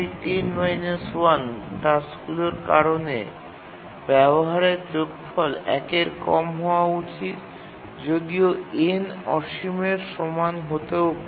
টাস্কগুলির কারণে ব্যবহারের যোগফল ১ এর কম হওয়া উচিত যদিও n অসীমের সমান হতেও পারে